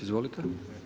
Izvolite.